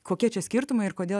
kokie čia skirtumai ir kodėl